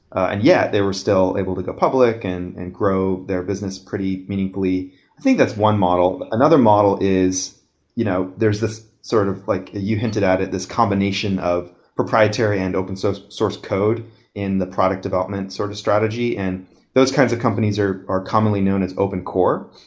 and yet they were still able to go public and and grow their business pretty meaningfully. i think that's one model. another model is you know there's this sort of like you hinted at it, this combination of proprietary and open source source code in the product development sort of strategy and those kinds of companies are are commonly known as open core.